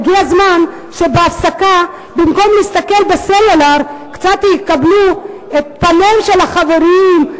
הגיע הזמן שבהפסקה במקום להסתכל בסלולר קצת יקבלו את פניהם של החברים,